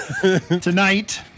Tonight